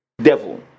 devil